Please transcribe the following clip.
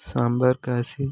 సాంబార్ కాసి